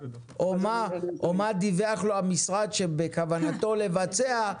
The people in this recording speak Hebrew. או מה דיווח לו המשרד שבכוונתו לבצע,